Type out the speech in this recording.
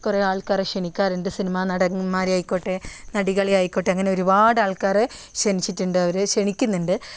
കുറേ ആൾക്കാരെ ക്ഷണിക്കാറുണ്ട് സിനിമ നടന്മാരെ ആയിക്കോട്ടെ നടികളെ ആയിക്കോട്ടെ അങ്ങനെ ഒരുപാട് ആൾക്കാരെ ക്ഷണിച്ചിട്ടുണ്ട് അവർ ക്ഷണിക്കുന്നുണ്ട്